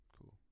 cool